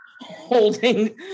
holding